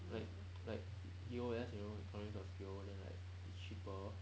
like like U_S you know economics of scale then like it's cheaper